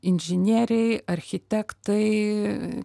inžinieriai architektai